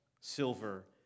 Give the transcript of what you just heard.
silver